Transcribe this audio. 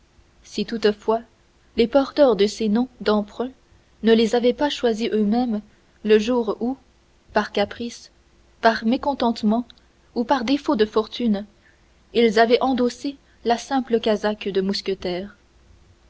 si toutefois les porteurs de ces noms d'emprunt ne les avaient pas choisis eux-mêmes le jour où par caprice par mécontentement ou par défaut de fortune ils avaient endossé la simple casaque de mousquetaire